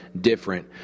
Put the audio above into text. different